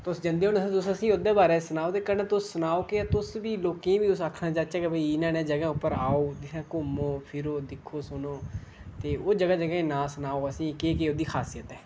तुस जंदे होने तुस ओह्दे बारै ई सनाओ असेंगी ते कन्नै तुस सनाओ कि तुस बी लोकें गी आखचै कीितुस बी इ'नें इ'नें जगहें पर आओ घुमो फिरो दिक्खो सुनो ओह् जगहें जगहें दे नांऽ सनाओ असेंगी की केह् केह् ओह्दी खासियत ऐ